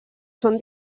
són